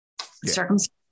circumstances